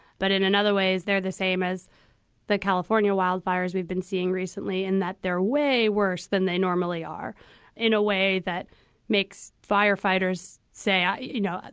but in another way, is there the same as the california wildfires we've been seeing recently in that they're way worse than they normally are in a way that makes firefighters say, you know,